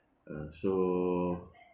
uh so